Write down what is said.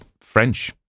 French